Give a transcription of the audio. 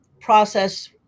process